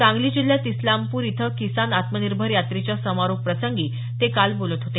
सांगली जिल्ह्यात इस्लामपूर इथं किसान आत्मनिर्भर यात्रेच्या समारोप प्रसंगी ते काल बोलत होते